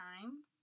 time